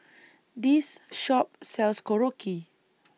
This Shop sells Korokke